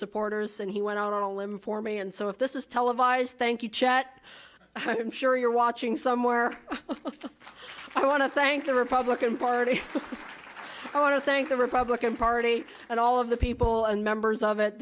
supporters and he went out on a limb for me and so if this is televised thank you chet sure you're watching somewhere i want to thank the republican party i want to thank the republican party and all of the people and members of it